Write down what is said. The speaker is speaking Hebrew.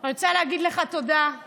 אני רוצה להגיד לך תודה על